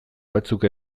batzuk